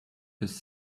his